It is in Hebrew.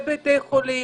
בבתי החולים,